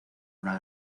una